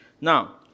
Now